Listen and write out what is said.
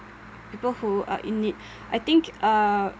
people who are in need I think uh